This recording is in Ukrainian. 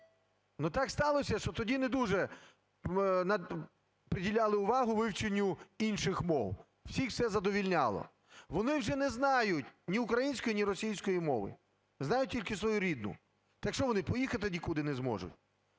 так сталося, що тоді не дуже приділяли увагу вивченню інших мов – всіх все задовольняло. Вони вже не знають ні української, ні російської мови, знають тільки свою рідну. Так що, вони поїхати нікуди не зможуть?